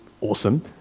awesome